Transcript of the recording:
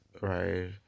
right